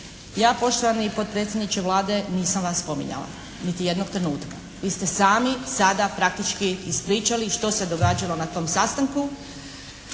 Ja poštovani potpredsjedniče Vlade nisam vas spominjala niti jednog trenutka. Vi ste sami sada praktički ispričali što se događalo na tom sastanku.